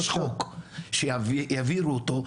יש חוק שהעבירו אותו,